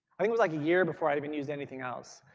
i mean was like a year before i'd even used anything else.